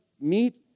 meet